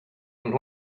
and